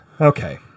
Okay